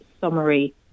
summary